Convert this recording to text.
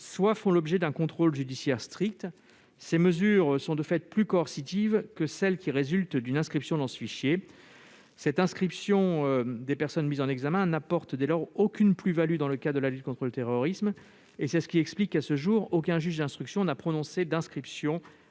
soit font l'objet d'un contrôle judiciaire strict. Ces mesures sont, de fait, plus coercitives que celles qui résultent d'une inscription dans ce fichier. L'inscription des personnes mises en examen n'apporte dès lors aucune plus-value dans le cadre de la lutte contre le terrorisme. Cela explique que, à ce jour, aucun juge d'instruction n'a prononcé l'inscription